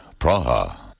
Praha